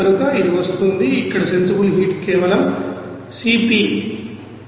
కనుక ఇది వస్తోంది ఇక్కడ సెన్సిబుల్ హీట్ కేవలం సి పి 161